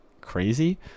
crazy